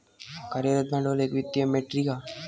कार्यरत भांडवल एक वित्तीय मेट्रीक हा